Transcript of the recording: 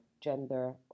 gender